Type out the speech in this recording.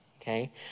okay